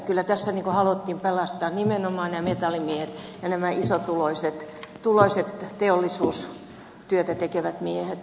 kyllä tässä haluttiin pelastaa nimenomaan metallimiehet ja isotuloiset teollisuustyötä tekevät miehet